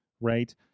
right